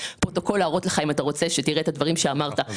אם אתה רוצה, יש לי את הפרוטוקול.